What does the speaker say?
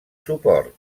suport